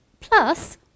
Plus